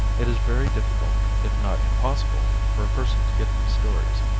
it is very difficult, if not impossible, for a person to get these stories.